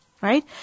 right